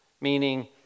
meaning